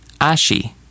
Ashi